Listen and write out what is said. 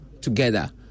together